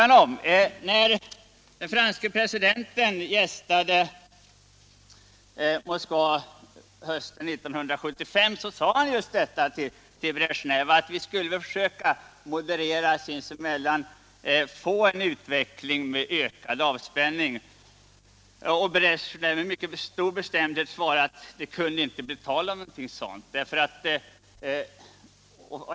När den franske presidenten gästade Moskva hösten 1975 sade han just detta till Bresjnev: Vi borde försöka moderera sinsemellan och få en utveckling med ökad avspänning. Bresjnev svarade med mycket stor bestämdhet att det kunde inte bli tal om någonting sådant.